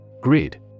Grid